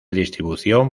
distribución